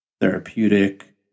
therapeutic